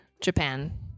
Japan